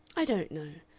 i don't know.